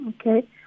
Okay